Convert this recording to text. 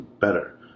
better